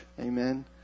Amen